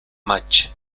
match